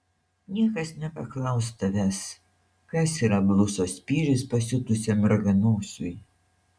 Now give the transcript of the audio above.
niekas nepaklaus tavęs kas yra blusos spyris pasiutusiam raganosiui